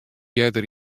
earder